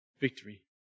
victory